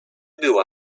była